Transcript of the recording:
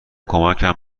کمکم